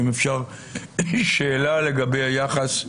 אם אפשר שאלה לגבי היחס.